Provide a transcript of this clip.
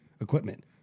equipment